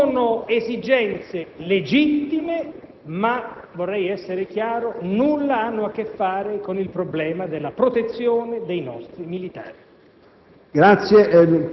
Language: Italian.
Altre esigenze di natura politica, tendenti a prolungare una schermaglia anche per giustificare decisioni comunque legittime